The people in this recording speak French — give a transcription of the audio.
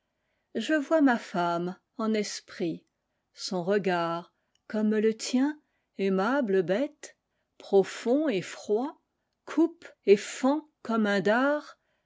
je vois ma femme en esprit son regard comme le tien aimable bête profond et froid coupe et fend comme un dard